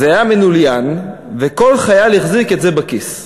זה היה מנוילן, וכל חייל החזיק את זה בכיס.